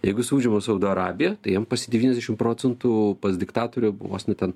jeigu jis užima saudo arabiją tai jam pas jį devyniasdešim procentų pas diktatorių vos ne ten